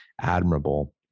admirable